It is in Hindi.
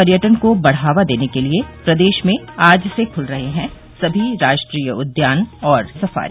पर्यटन को बढावा देने के लिए प्रदेश में आज से खुल रहे हैं सभी राष्ट्रीय उद्यान और सफारी